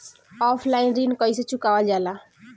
Offline ऋण कइसे चुकवाल जाला?